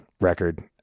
record